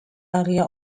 area